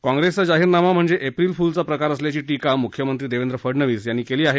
काँग्रेसचा जाहीरनामा म्हणजे एप्रिल फुलचा प्रकार असल्याची टीका मुख्यमंत्री देवेंद्र फडणवीस यांनी केली आहे